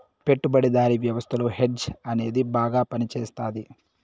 పెట్టుబడిదారీ వ్యవస్థలో హెడ్జ్ అనేది బాగా పనిచేస్తది